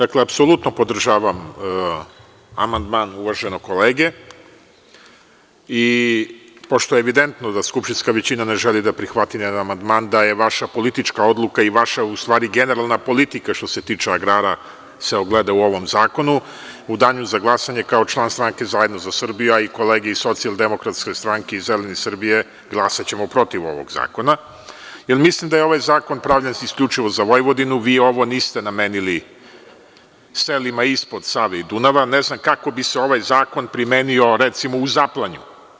Apsolutno podržavam amandman uvaženog kolege i pošto je evidentno da skupštinska većina ne želi da prihvati nijedan amandman, da je vaša politička odluka i vaša, u stvari generalna politika što se tiče agrara se ogleda u ovom zakonu, u danu za glasanje kao član stranke Zajedno za Srbiju, a i kolegi iz SDS i Zeleni Srbije, glasaćemo u protiv ovog zakona, jer mislim da je ovaj zakon pravljen isključivo za Vojvodinu, vi ovo niste namenili selima ispod Save i Dunava, ne znam kako bi se ovaj zakon primenio, recimo u Zaplanju.